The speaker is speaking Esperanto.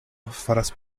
faras